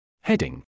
Heading